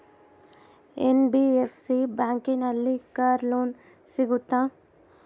NBFC ಬ್ಯಾಂಕಿನಲ್ಲಿ car loan ಸಿಗುತ್ತಾ?